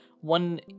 one